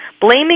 blaming